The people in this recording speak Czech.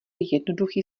jednoduchý